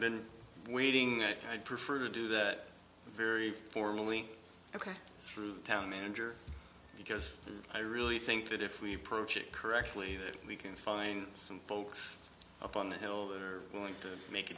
been waiting i prefer to do that very formally or through town manager because i really think that if we approach it correctly that we can find some folks up on the hill that are willing to make a